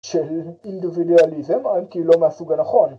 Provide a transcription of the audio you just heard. ‫של אינדיבידואליזם אם ‫כי לא מהסוג הנכון.